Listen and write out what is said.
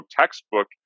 textbook